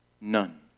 None